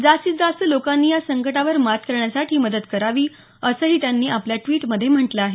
जास्तीत जास्त लोकांनी या संकटावर मात करण्यासाठी मदत करावी असंही त्यांनी आपल्या ड्विटमध्ये म्हटलं आहे